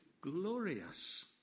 glorious